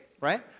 right